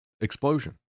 explosion